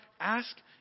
ask